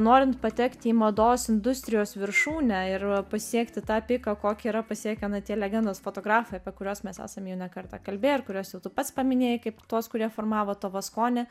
norint patekti į mados industrijos viršūnę ir pasiekti tą piką kokį yra pasiekę na tie legendos fotografai apie kuriuos mes esam jau ne kartą kalbėję ir kuriuos jau tu pats paminėjai kaip tuos kurie formavo tavo skonį